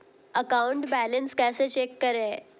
Account balance कैसे check करें?